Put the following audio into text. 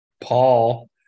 paul